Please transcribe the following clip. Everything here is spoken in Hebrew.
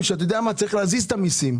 בוא נזיז את המסים,